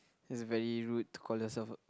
it's very rude to call yourself a